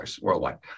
worldwide